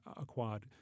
acquired